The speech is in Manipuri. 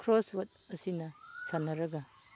ꯀ꯭ꯔꯣꯁ ꯋꯥꯔꯠ ꯑꯁꯤꯅ ꯁꯥꯟꯅꯔꯒ